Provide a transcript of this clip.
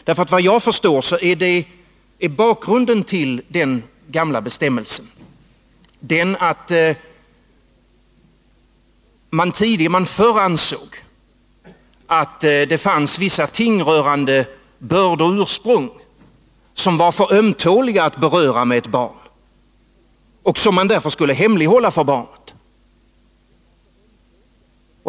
Efter vad jag förstått är bakgrunden till den gamla bestämmelsen att man förr ansåg att det fanns vissa ting rörande börd och ursprung som var för ömtåliga att beröra med ett barn och som man därför skulle hemlighålla för barnet.